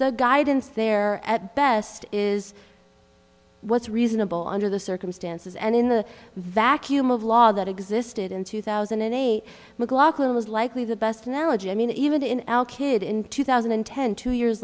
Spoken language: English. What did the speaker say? the guidance there at best is what's reasonable under the circumstances and in the vacuum of law that existed in two thousand and eight mclaughlin is likely the best analogy i mean even in alkyd in two thousand and ten two years